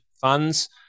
funds